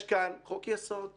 יש כאן חוק יסוד,